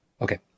Okay